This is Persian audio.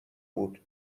بود